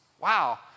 Wow